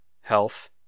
health